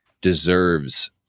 deserves